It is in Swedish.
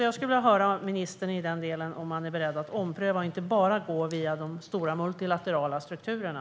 Jag skulle vilja höra om ministern är beredd att ompröva och inte bara gå via de stora multilaterala strukturerna.